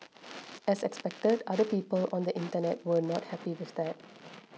as expected other people on the internet were not happy with that